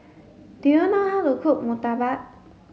do you know how to cook Murtabak